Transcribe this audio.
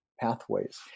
pathways